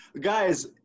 Guys